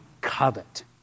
covet